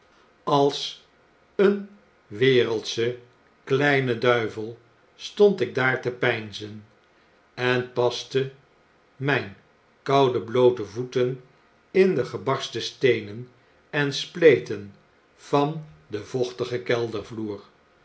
als een wereldsche kleine duivel stond ik daar te peinzen en paste myn koudebloote voeten in de gebarsten steenen en spleten van denvochtigen